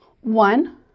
One